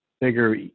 bigger